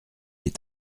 est